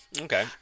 Okay